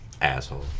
Asshole